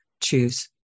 choose